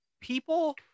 people